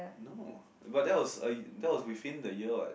no but that was a that was within the year what